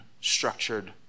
structured